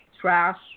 trash